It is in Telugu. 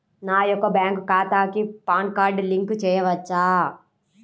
నా యొక్క బ్యాంక్ ఖాతాకి పాన్ కార్డ్ లింక్ చేయవచ్చా?